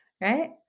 Right